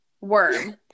Worm